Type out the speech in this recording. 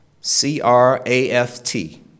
C-R-A-F-T